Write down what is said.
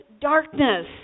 darkness